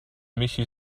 michi